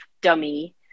dummy